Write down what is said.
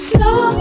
Slow